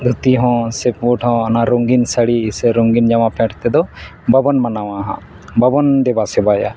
ᱫᱷᱩᱛᱤ ᱦᱚᱸ ᱥᱮ ᱯᱳᱴ ᱦᱚᱸ ᱚᱱᱟ ᱨᱩᱝᱜᱤᱱ ᱥᱟᱹᱲᱤ ᱥᱮ ᱚᱱᱟ ᱨᱚᱝᱜᱤᱱ ᱡᱟᱢᱟ ᱯᱮᱱᱴ ᱛᱮᱫᱚ ᱵᱟᱵᱚᱱ ᱢᱟᱱᱟᱣᱟ ᱦᱟᱸᱜ ᱵᱟᱵᱚᱱ ᱫᱮᱵᱟᱼᱥᱮᱵᱟᱭᱟ